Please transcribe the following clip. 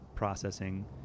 processing